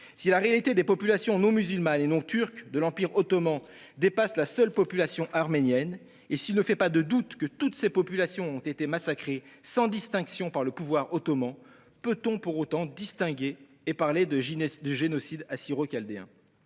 Si la réalité des populations non musulmanes et non turques de l'Empire ottoman dépasse la seule population arménienne et s'il ne fait pas de doute que toutes ces populations ont été massacrées sans distinction par le pouvoir ottoman, peut-on néanmoins distinguer et parler de « génocide assyro-chaldéen »